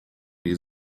die